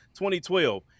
2012